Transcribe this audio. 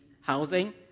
housing